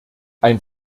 ein